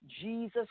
Jesus